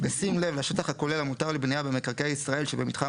בשים לב לשטח הכולל המותר לבנייה במקרקעי ישראל שבמתחם